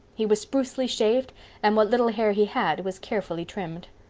he was sprucely shaved and what little hair he had was carefully trimmed.